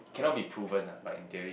cannot be proven lah right in theory